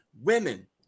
women